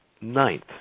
ninth